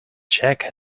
cheque